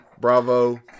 bravo